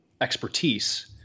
expertise